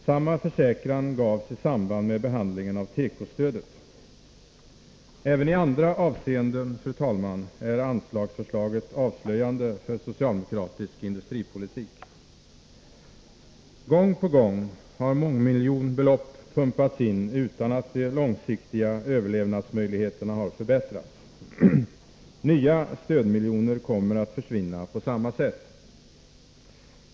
Samma försäkran gavs i samband med behandlingen av tekostödet. Även i andra avseenden, fru talman, är anslagsförslaget avslöjande för socialdemokratisk industripolitik. Gång på gång har mångmiljonbelopp pumpats in utan att de långsiktiga överlevnadsmöjligheterna har förbättrats. Nya stödmiljoner kommer att försvinna på samma sätt.